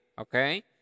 okay